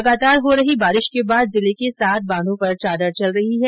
लगातार हो रही बारिश के बाद जिले के सात बांधों पर चादर चल रही है